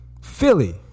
Philly